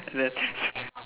then